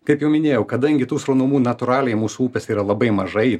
kaip jau minėjau kadangi tų sraunumų natūraliai mūsų upėse yra labai mažai